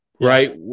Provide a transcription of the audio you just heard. Right